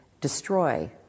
destroy